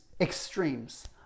extremes